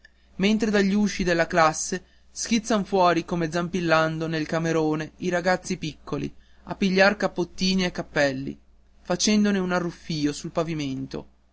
mentre dagli usci delle classi schizzan fuori come zampillando nel camerone i ragazzi piccoli a pigliar cappottini e cappelli facendone un arruffìo sul pavimento